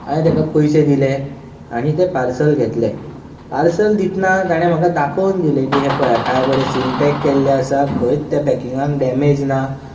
हांवें ताका पयशे दिले आनी तें पार्सल घेतलें पार्सल दितना ताणें म्हाका दाखोवन दिलें हें पळया की काय बरें सिल्ड पॅक केल्लें आसा खंयच त्या पॅकिंगाक डॅमेज ना